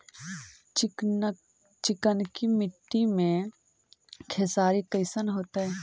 चिकनकी मट्टी मे खेसारी कैसन होतै?